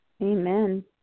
Amen